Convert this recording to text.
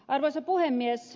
arvoisa puhemies